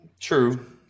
true